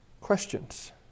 Questions